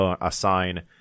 assign